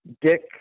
Dick